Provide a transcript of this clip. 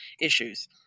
issues